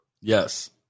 Yes